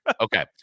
Okay